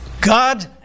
God